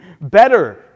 better